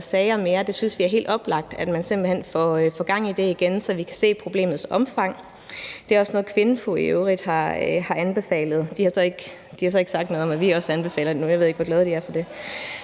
det er helt oplagt, at man simpelt hen får gang i det igen, så vi kan se problemets omfang. Det er i øvrigt også noget, KVINFO har anbefalet – de har så ikke sagt noget om, at vi også anbefaler det; jeg ved ikke, hvor glade de er for det.